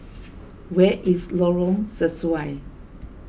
where is Lorong Sesuai